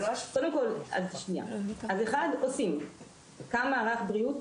קודם כל הוקם מערך בריאות,